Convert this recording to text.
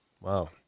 Wow